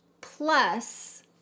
plus